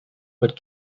but